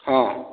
ହଁ